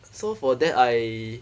so for that I